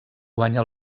guanya